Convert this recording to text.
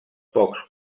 pocs